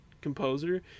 composer